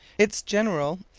its general,